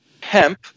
hemp